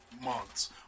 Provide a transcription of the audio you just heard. months